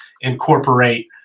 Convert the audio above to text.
incorporate